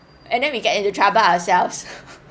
and then we get into trouble ourselves